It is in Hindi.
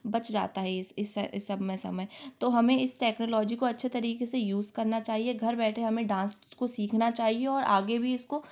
बच जाता है यह इस इस इस सब में समय तो हमें इस टेक्नोलॉजी को अच्छे तरीके से यूज़ करना चाहिए घर बैठे हमें डांस को सीखना चाहिए और आगे भी इसको